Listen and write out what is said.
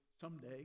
Someday